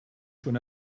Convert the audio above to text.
schon